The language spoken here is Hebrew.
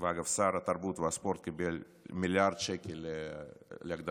ואגב, שר התרבות והספורט קיבל מיליארד שקל להגדלת